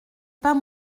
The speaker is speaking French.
pas